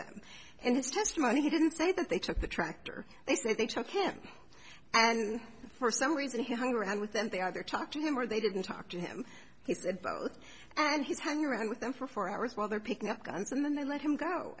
them and it's just money he didn't say that they took the tractor they say they took him and for some reason he hung around with them they either talk to him or they didn't talk to him he said both and he's hanging around with them for four hours while they're picking up guns and then they let him go